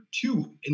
two